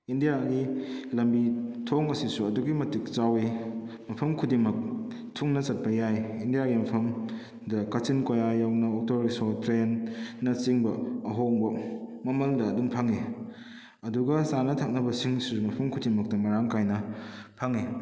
ꯏꯟꯗꯤꯌꯥꯒꯤ ꯂꯝꯕꯤ ꯊꯣꯡ ꯑꯁꯤꯁꯨ ꯑꯗꯨꯛꯀꯤ ꯃꯇꯤꯛ ꯆꯥꯎꯋꯤ ꯃꯐꯝ ꯈꯨꯗꯤꯡꯃꯛ ꯊꯨꯡꯅ ꯆꯠꯄ ꯌꯥꯏ ꯏꯟꯗꯤꯌꯥꯒꯤ ꯃꯐꯝꯗ ꯀꯥꯆꯤꯟ ꯀꯣꯌꯥ ꯌꯧꯅ ꯑꯣꯇꯣ ꯔꯤꯛꯁꯣ ꯇ꯭ꯔꯦꯟꯅꯆꯤꯡꯕ ꯑꯍꯣꯡꯕ ꯃꯃꯟꯗ ꯑꯗꯨꯝ ꯐꯪꯉꯤ ꯑꯗꯨꯒ ꯆꯥꯅ ꯊꯛꯅꯕꯁꯤꯡꯁꯨ ꯃꯐꯝ ꯈꯨꯗꯤꯡꯃꯛꯇ ꯃꯔꯥꯡ ꯀꯥꯏꯅ ꯐꯪꯉꯤ